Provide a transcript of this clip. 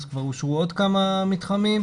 אז כבר אושרו עוד כמה מתחמים.